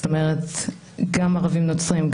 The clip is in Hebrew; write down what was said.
גם ערבים נוצרים,